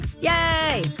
Yay